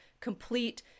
complete